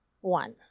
one